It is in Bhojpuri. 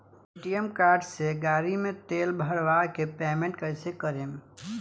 ए.टी.एम कार्ड से गाड़ी मे तेल भरवा के पेमेंट कैसे करेम?